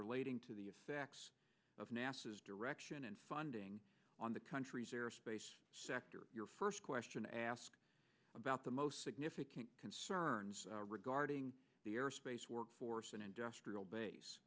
relating to the effects of nasa is direction and funding on the country's airspace sector your first question asked about the most significant concerns regarding the airspace workforce and industrial base